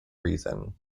reason